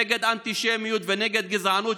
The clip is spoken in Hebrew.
נגד אנטישמיות ונגד גזענות,